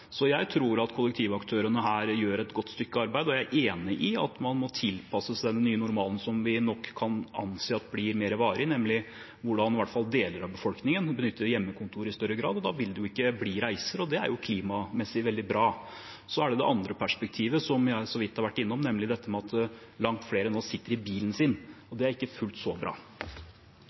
Så jeg tror at kollektivaktørene her gjør et godt stykke arbeid. Jeg er enig i at man må tilpasse seg den nye normalen – som vi nok kan anse blir mer varig –nemlig at i hvert fall deler av befolkningen benytter hjemmekontor i større grad. Da vil det ikke bli reiser, og det er jo klimamessig veldig bra. Så er det det andre perspektivet, som jeg så vidt har vært innom, nemlig at langt flere nå sitter i bilen sin. Det er ikke fullt så bra.